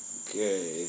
okay